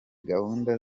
gahunda